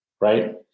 right